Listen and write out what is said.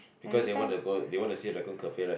because they want to go they want to see lagoon cafe right